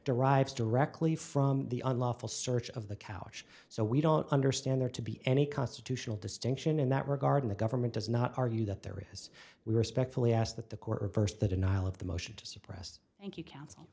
derives directly from the unlawful search of the couch so we don't understand there to be any constitutional distinction in that regard in the government does not argue that there has we respectfully ask that the court reversed the denial of the motion to suppress thank you counsel